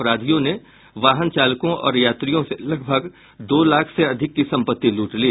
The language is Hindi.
अपराधियों ने वाहनों चालकों और यात्रियों से लगभग दो लाख से अधिक की संपत्ति लूट ली